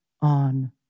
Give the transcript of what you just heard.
on